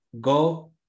go